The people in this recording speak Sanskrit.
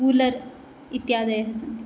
कूलर् इत्यादयः सन्ति